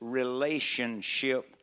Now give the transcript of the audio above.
relationship